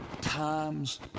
times